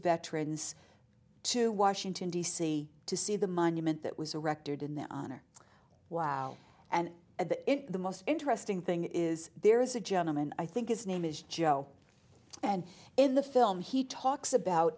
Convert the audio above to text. veterans to washington d c to see the monument that was erected in their honor wow and that the most interesting thing is there is a gentleman i think its name is joe and in the film he talks about